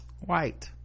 white